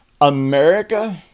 America